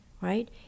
right